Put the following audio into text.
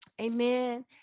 Amen